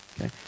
Okay